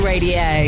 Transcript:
Radio